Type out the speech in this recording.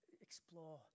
explore